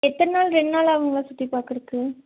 எத்தனை நாள் ரெண்டு நாள் ஆகுங்களா சுற்றி பார்க்கறக்கு